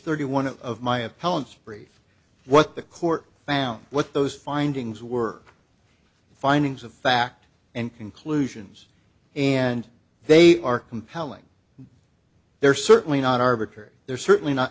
thirty one of my opponents brief what the court found what those findings were the findings of fact and conclusions and they are compelling they're certainly not arbitrary they're certainly not